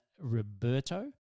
Roberto